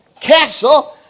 castle